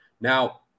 Now